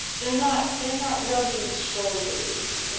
they're not they're not rubbing shoulders.